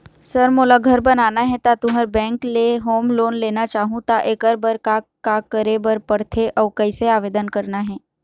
Sir मोला घर बनाना हे ता तुंहर बैंक ले होम लोन लेना चाहूँ ता एकर बर का का करे बर पड़थे अउ कइसे आवेदन करना हे?